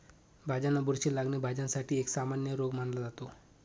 भाज्यांना बुरशी लागणे, भाज्यांसाठी एक सामान्य रोग मानला जातो